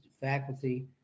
faculty